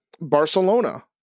Barcelona